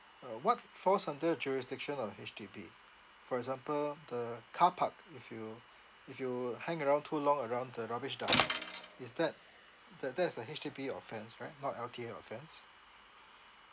uh what falls under jurisdiction of H_D_B for example the carpark if you if you hang around too long around the rubbish dump is that that that is a H_D_B offence correct not L_T_A offence